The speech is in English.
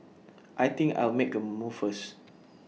I think I'll make A move first